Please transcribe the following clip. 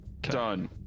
Done